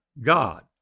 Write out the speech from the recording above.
God